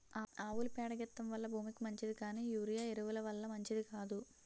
ఆవుల పేడ గెత్తెం వల్ల భూమికి మంచిది కానీ యూరియా ఎరువు ల వల్ల మంచిది కాదు